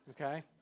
okay